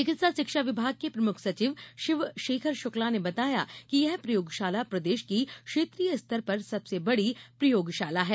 चिकित्सा शिक्षा विभाग के प्रमुख सचिव शिव शेखर श्रुक्ला ने बताया कि यह प्रयोगशाला प्रदेश की क्षेत्रीय स्तर पर सबसे बड़ी प्रयोगशाला है